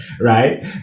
right